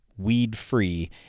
weed-free